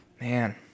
Man